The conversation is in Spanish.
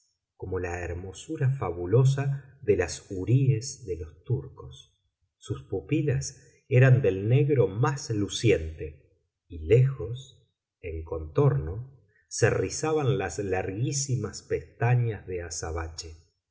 como la hermosura fabulosa de las huríes de los turcos sus pupilas eran del negro más luciente y lejos en contorno se rizaban las larguísimas pestañas de azabache